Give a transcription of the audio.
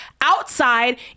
outside